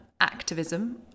activism